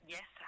Yes